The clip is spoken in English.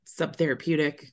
subtherapeutic